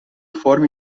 forma